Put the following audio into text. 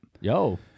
Yo